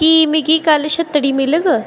क्या मिगी कल्ल छत्तड़ी मिलग